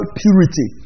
purity